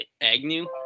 Agnew